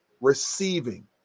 receiving